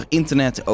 internet